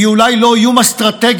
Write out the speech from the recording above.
שאף זיכה אותו בפרס ישראל,